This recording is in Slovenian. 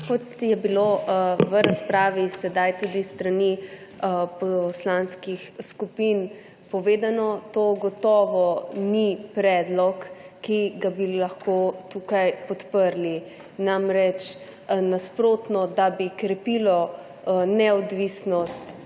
Kot je bilo v razpravi sedaj tudi s strani poslanskih skupin povedano, to gotovo ni predlog, ki bi ga lahko tukaj podprli. Namreč, nasprotno od tega, da bi krepil neodvisnost